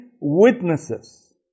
witnesses